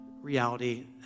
reality